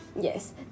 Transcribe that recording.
yes